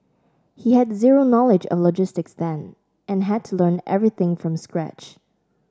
he had zero knowledge of logistics then and had to learn everything from scratch